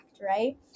right